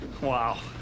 Wow